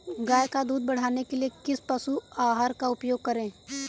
गाय का दूध बढ़ाने के लिए किस पशु आहार का उपयोग करें?